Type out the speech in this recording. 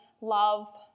love